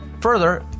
Further